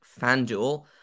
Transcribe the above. FanDuel